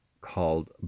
called